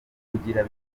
kugira